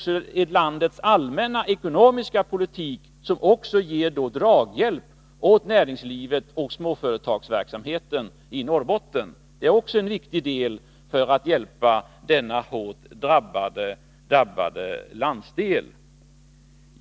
Landets allmänna ekonomiska politik ger således draghjälp åt näringslivet och småföretagsamheten i Norrbotten. Det är en viktig del för att hjälpa denna hårt drabbade landsdel.